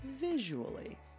visually